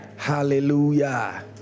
Hallelujah